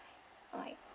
like